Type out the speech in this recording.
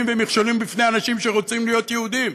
ומכשולים בפני אנשים שרוצים להיות יהודים?